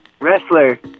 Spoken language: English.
Wrestler